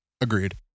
agreed